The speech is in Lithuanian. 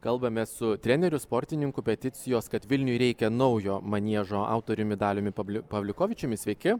kalbamės su treneriu sportininku peticijos kad vilniui reikia naujo maniežo autoriumi daliumi pavliukovičiumi sveiki